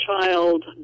child